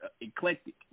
eclectic